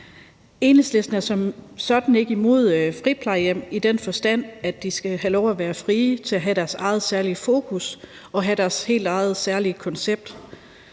Enhedslisten er som sådan ikke imod friplejehjem i den forstand, at de skal have lov at være frie til at have deres eget særlige fokus og have deres helt eget særlige koncept,